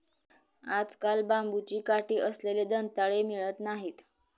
आजकाल बांबूची काठी असलेले दंताळे मिळत नाहीत